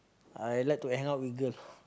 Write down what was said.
I like to hang out with girl